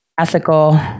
ethical